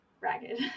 ragged